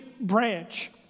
branch